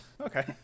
Okay